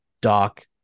Doc